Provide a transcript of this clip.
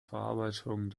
verarbeitung